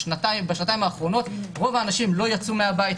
שבשנתיים האחרונות רוב האנשים לא יצאו מהבית,